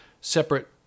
separate